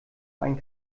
einen